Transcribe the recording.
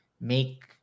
make